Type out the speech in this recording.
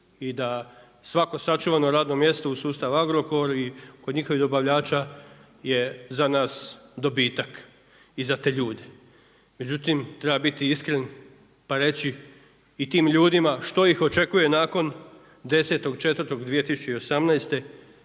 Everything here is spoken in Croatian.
i da svako sačuvano radno mjesto u sustavu Agrokor i kod njihovog dobavljača je za nas dobitak i za te ljude. Međutim, treba biti iskren i reći i tim ljudima što ih očekuje nakon 10.4.2018.